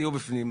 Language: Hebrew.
יהיו בפנים.